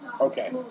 Okay